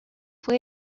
fue